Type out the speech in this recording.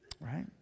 right